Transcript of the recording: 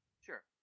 sure